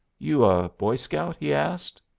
you a boy scout? he asked.